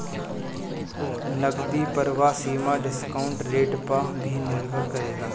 नगदी प्रवाह सीमा डिस्काउंट रेट पअ भी निर्भर करेला